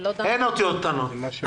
אין אותיות קטנות.